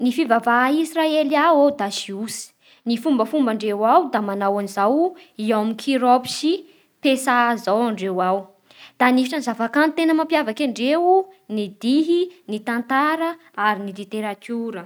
Ny fivavaha a Israely ao da jiosy, ny fombafomba amindreo ao da manao an'izay yom kirop sy pessaa ndreo ao Da anisan'ny zava-kanto tena mampiasavaka andreo ny dihy, ny tantara, ny literatiora